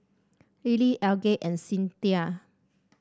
Lily Algie and Cinthia